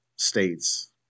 States